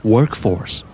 Workforce